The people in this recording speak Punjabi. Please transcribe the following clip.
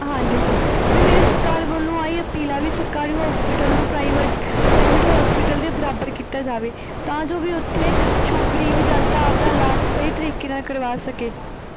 ਹਾਂਜੀ ਸਰ ਵੀ ਮੇਰੀ ਸਰਕਾਰ ਵੱਲੋਂ ਇਹੀ ਅਪੀਲ ਆ ਵੀ ਸਰਕਾਰੀ ਹੋਸਪੀਟਲ ਨੂੰ ਪ੍ਰਾਈਵੇਟ ਪ੍ਰਾਈਵੇਟ ਹੋਸਪੀਟਲ ਦੇ ਬਰਾਬਰ ਕੀਤਾ ਜਾਵੇ ਤਾਂ ਜੋ ਵੀ ਉੱਥੇ ਸੋ ਗਰੀਬ ਜਨਤਾ ਆਪਦਾ ਇਲਾਜ ਸਹੀ ਤਰੀਕੇ ਨਾਲ ਕਰਵਾ ਸਕੇ